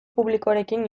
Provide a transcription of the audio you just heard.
publikoarekin